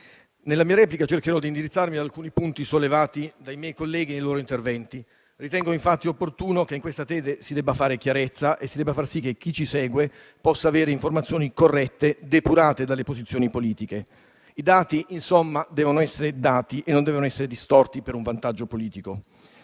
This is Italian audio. nella mia replica cercherò di indirizzarmi verso alcuni punti sollevati dai miei colleghi nei loro interventi. Ritengo, infatti, opportuno che, in questa sede, si faccia chiarezza. Si deve far sì che chi ci segue possa avere informazioni corrette e depurate dalle posizioni politiche. I dati, insomma, devono essere dati e non devono essere distorti per un vantaggio politico.